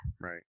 right